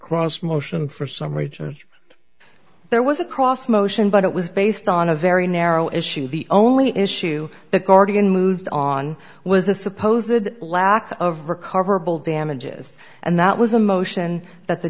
cross motion for some regions there was a cross motion but it was based on a very narrow issue the only issue the guardian moved on was a supposedly lack of recoverable damages and that was a motion that